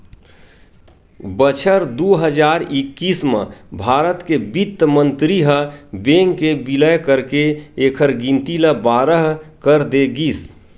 बछर दू हजार एक्कीस म भारत के बित्त मंतरी ह बेंक के बिलय करके एखर गिनती ल बारह कर दे गिस